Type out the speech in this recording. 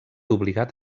obligat